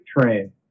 train